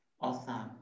Awesome